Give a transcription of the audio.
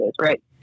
Right